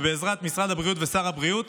ובעזרת משרד הבריאות ושר הבריאות,